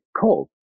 cold